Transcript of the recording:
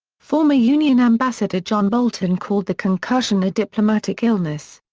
former un yeah and ambassador john bolton called the concussion a diplomatic illness.